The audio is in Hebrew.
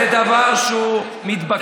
זה דבר מתבקש.